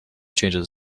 changes